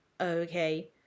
okay